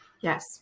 Yes